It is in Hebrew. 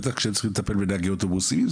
בטח כשהם צריכים לטפל בנהגי אוטובוסים.